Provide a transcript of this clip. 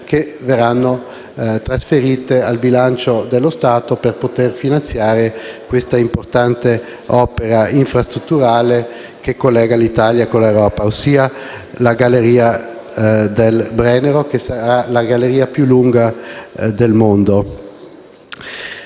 che verranno trasferiti al bilancio dello Stato per poter finanziare questa importante opera infrastrutturale, che collega l'Italia con l'Europa, ossia la galleria del Brennero, che sarà la galleria più lunga del mondo.